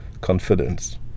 confidence